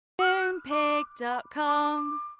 Moonpig.com